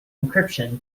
encryption